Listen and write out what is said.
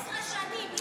15 שנים.